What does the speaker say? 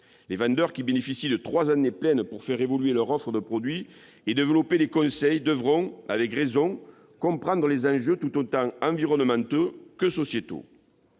Les vendeurs, qui bénéficient de trois années pleines pour faire évoluer leur offre de produits et développer les conseils, devront comprendre, avec raison, les enjeux tout aussi environnementaux que sociétaux.